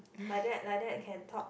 like that like that can talk